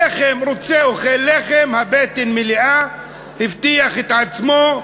לחם, רוצה אוכל לחם, הבטן מלאה, הבטיח את עצמו,